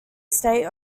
state